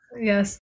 Yes